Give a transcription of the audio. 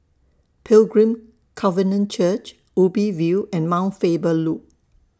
Pilgrim Covenant Church Ubi View and Mount Faber Loop